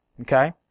okay